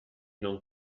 non